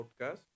Podcast